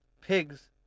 pigs